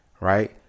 Right